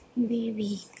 baby